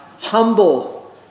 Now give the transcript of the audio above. Humble